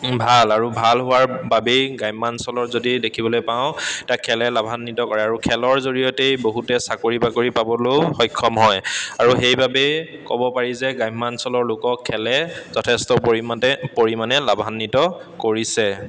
ভাল আৰু ভাল হোৱাৰ বাবেই গ্ৰাম্যাঞ্চলৰ যদি দেখিবলৈ পাওঁ তাক খেলে লাভান্বিত কৰে আৰু খেলৰ জৰিয়তেই বহুতে চাকৰি বাকৰি পাবলৈও সক্ষম হয় আৰু সেইবাবেই ক'ব পাৰি যে গ্ৰাম্যাঞ্চলৰ লোকক খেলে যথেষ্ট পৰিমাতে পৰিমাণে লাভান্বিত কৰিছে